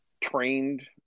trained